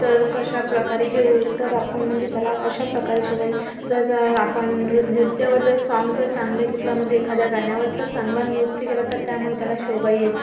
तर कशाप्रकारे हे व्हील तर आपण मंजे त्याला अशाप्रकारे शोभा ई तर जर आपण नृ नृत्यवर जर साँग जर चांगलं घेतलं मंजे एखाद्या गाण्यावर जर चांगला नृत्य केला तर त्यामुळे त्याला शोभा येईल